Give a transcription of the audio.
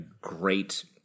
great